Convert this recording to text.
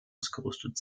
ausgerüstet